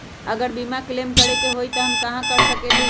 अगर बीमा क्लेम करे के होई त हम कहा कर सकेली?